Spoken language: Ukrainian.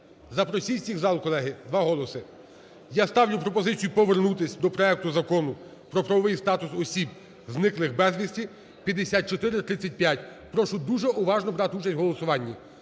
запросіть всіх в зал, колеги, два голоси. Я ставлю пропозицію повернутись до проекту Закону про правовий статус осіб, зниклих безвісти (5435). Прошу дуже уважно брати участь в голосуванні.